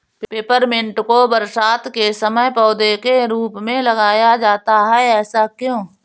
Peppermint को बरसात के समय पौधे के रूप में लगाया जाता है ऐसा क्यो?